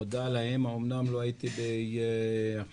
אני מודה שהאומנם לא הייתי בבתי ספר